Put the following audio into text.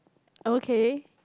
okay